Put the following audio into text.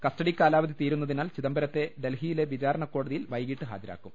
custody കാലാവധി തീരുന്നതിനാൽ ചിദംബരത്തെ ഡൽഹിയിലെ വിചാ രണക്കോടതിയിൽ വൈകിട്ട് ഹാജരാക്കും